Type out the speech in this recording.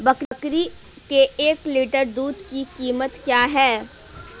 बकरी के एक लीटर दूध की कीमत क्या है?